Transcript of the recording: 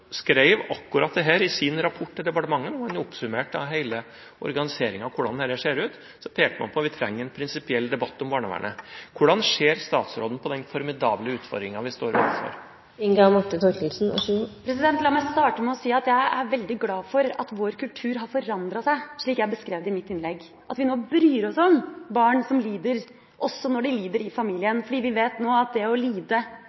skrev akkurat dette i sin rapport til departementet, hvor man oppsummerte hele organiseringen og hvordan dette ser ut, og så pekte man på at vi trenger en prinsipiell debatt om barnevernet. Hvordan ser statsråden på den formidable utfordringen vi står overfor? La meg starte med å si at jeg er veldig glad for at vår kultur har forandret seg, slik jeg beskrev det i mitt innlegg. Nå bryr vi oss om barn som lider – også når de lider i familien. Vi vet nå at det å lide